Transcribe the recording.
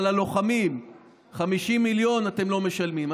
אבל ללוחמים 50 מיליון אתם לא משלמים.